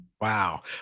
Wow